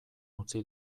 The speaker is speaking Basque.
utzi